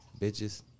Bitches